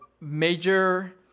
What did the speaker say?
major